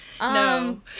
No